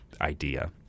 idea